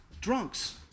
drunks